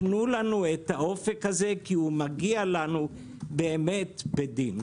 תנו לנו את האופק הזה כי הוא מגיע לנו באמת בדין.